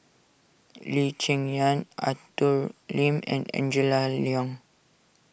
Lee Cheng Yan Arthur Lim and Angela Liong